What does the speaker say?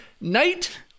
Night